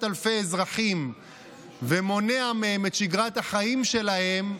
אלפי אזרחים ומונע מהם את שגרת החיים שלהם,